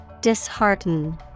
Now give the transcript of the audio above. Dishearten